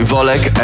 Volek